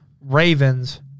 Ravens